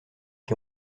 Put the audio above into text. qui